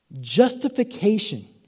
Justification